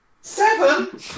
Seven